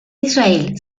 israel